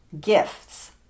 gifts